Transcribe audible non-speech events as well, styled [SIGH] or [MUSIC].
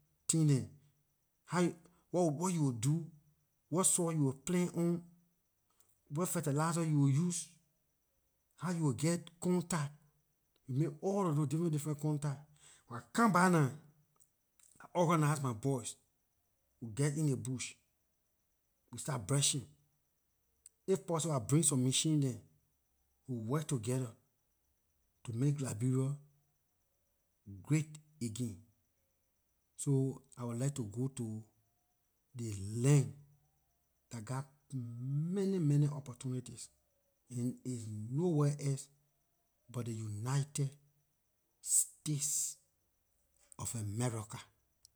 Things dem how [HESITATION] what you will do what soil you will plant on what fertilizer you will use how you will get contact you make all of those different different contact when I come back nah I organize my boys we geh in ley bush we start brushing if possible I bring some machine dem we work together to make liberia great again. So, I will like to go to the land that got many many opportunities and it's nowhere else, but the united states of america.